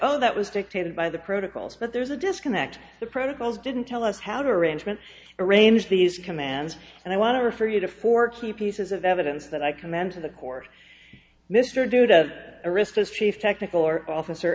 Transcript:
oh that was dictated by the protocols but there's a disconnect the protocols didn't tell us how to arrangement arrange these commands and i want to refer you to four key pieces of evidence that i commend to the court mr dude of aristos chief technical officer